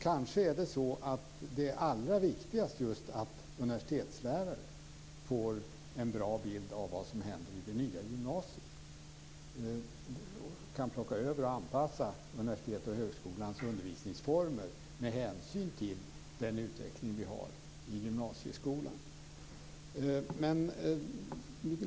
Kanske är det allra viktigast att universitetslärare får en bra bild av vad som händer i det nya gymnasiet och kan anpassa universitetets och högskolans undervisningsformer med hänsyn till den uveckling som vi har i gymnasieskolan.